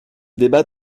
débat